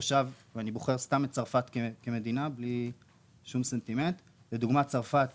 תושב אני בוחר סתם את צרפת בלי סנטימנט צרפת,